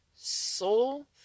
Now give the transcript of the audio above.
soul